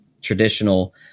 traditional